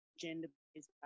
gender-based